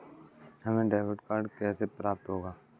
हमें debit card कैसे प्राप्त होगा?